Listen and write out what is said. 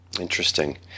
interesting